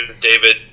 David